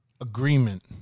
agreement